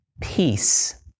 peace